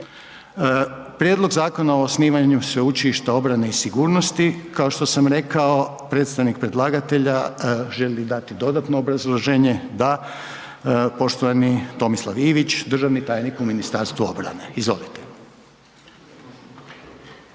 Prijedlog Zakona o osnivanju sveučilišta obrane i sigurnosti, kao što sam rekao, predstavnik predlagatelja želi dati dodatno obrazloženje? Da. Poštovani Tomislav Ivić, državni tajnik u Ministarstvu obrane, izvolite.